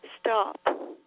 stop